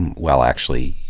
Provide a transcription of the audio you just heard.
and well actually,